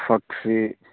ꯐꯛꯁꯤ